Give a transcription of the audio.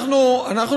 כבר היה שווה.